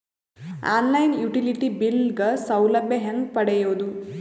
On line utility bill ಗ ಸೌಲಭ್ಯ ಹೇಂಗ ಪಡೆಯೋದು?